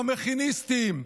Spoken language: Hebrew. למכיניסטים,